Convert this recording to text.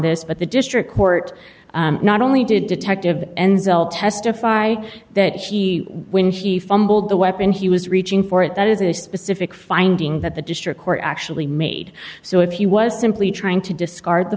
this but the district court not only did detective n f l testify that she when she fumbled the weapon he was reaching for it that is a specific finding that the district court actually made so if he was simply trying to discard the